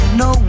no